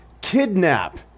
kidnap